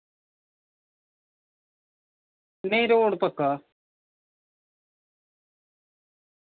नेईं रोड़ पक्का